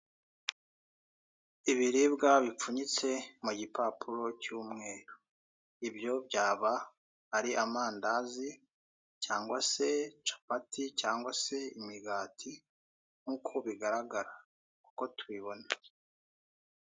Ibiribwa bipfunyitse mu gipapuro cy'umweru, ibyo byaba ari amandazi cyangwa se capati cyangwa se imigati nk'uko bigaragara nk'uko tubibona.